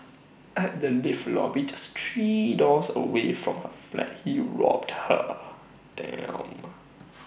at the lift lobby just three doors away from her flat he robbed her